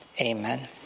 Amen